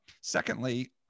Secondly